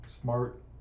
smart